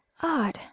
odd